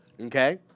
Okay